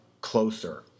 closer